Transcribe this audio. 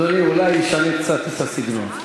אדוני, אולי תשנה קצת את הסגנון.